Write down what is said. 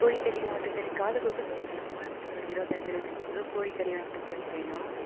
கோழிக்கறி ஆட்டுக்கறி காது குத்து வெச்சுருக்கோம் எங்களுக்கு இருபத்தஞ்சு இருபத்தஞ்சு கிலோ கோழிக்கறி ஆட்டுக்கறி வேணும்